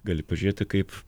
gali pažiūrėti kaip